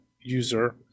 user